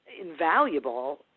invaluable